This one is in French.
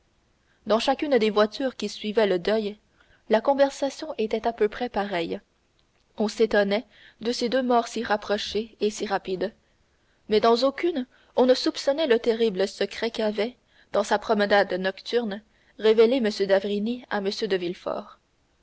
dans chacune des voitures qui suivaient le deuil la conversation était à peu près pareille on s'étonnait de ces deux morts si rapprochées et si rapides mais dans aucune on ne soupçonnait le terrible secret qu'avait dans sa promenade nocturne révélé m d'avrigny à m de